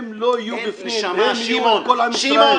הם לא יהיו בפנים, הם יהיו עם כל עם ישראל.